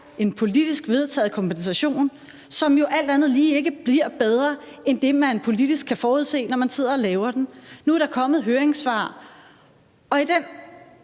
en politisk vedtaget kompensation, som jo alt andet lige ikke bliver bedre end det, man politisk kan forudse, når man sidder og laver den. Nu er der kommet høringssvar og i det